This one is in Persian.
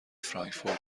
فرانکفورت